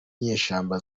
n’inyeshyamba